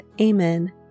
Amen